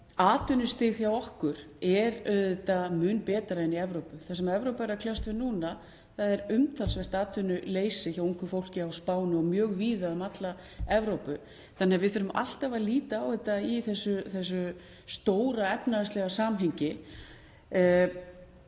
atvinnustig hjá okkur er auðvitað mun betra en í Evrópu. Það sem Evrópa er að kljást við núna er umtalsvert atvinnuleysi hjá ungu fólki, t.d. á Spáni og mjög víða um alla Evrópu, þannig að við þurfum alltaf að líta á þetta í þessu stóra efnahagslega samhengi.